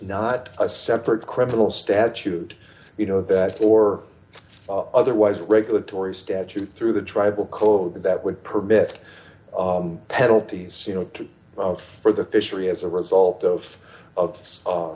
not a separate criminal statute you know that or d otherwise regulatory statute through the tribal code that would permit penalties you know for the fishery as a result of of